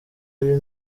ari